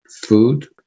food